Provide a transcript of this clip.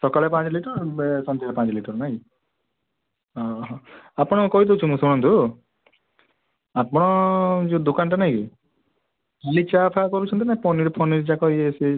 ଓହୋ ସକାଳେ ପାଞ୍ଚ ଲିଟର୍ ବେ ସନ୍ଧ୍ୟା ପାଞ୍ଚ ଲିଟର୍ ନାଇ ଓହୋ ଆପଣଙ୍କୁ କହିଦେଉଛି ମୁଁ ଶୁଣନ୍ତୁ ଆପଣ ଯୋଉ ଦୋକାନଟା ନାଇ କି ଖାଲି ଚାଫା କରୁଛନ୍ତି ନା ପନିରଫନିର ଯାକ ଇଏ ସିଏ